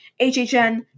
HHN